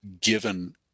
given